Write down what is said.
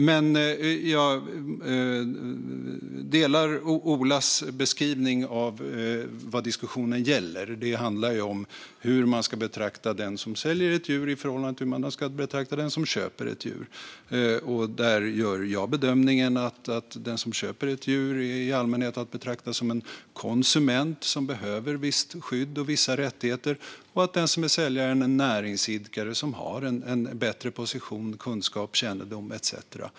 Jag delar Ola Johanssons beskrivning av vad diskussionen gäller. Det handlar om hur man ska betrakta den som säljer ett djur i förhållande till hur man ska betrakta den som köper ett djur. Där gör jag bedömningen att den som köper ett djur i allmänhet är att betrakta som en konsument som behöver visst skydd och vissa rättigheter. Den som är säljare är näringsidkare som har en bättre position, kunskap, kännedom etcetera.